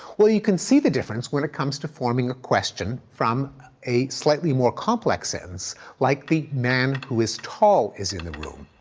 well, you can see the difference when it comes to performing the question from a slightly more complex sentence like, the man who is tall is in the room.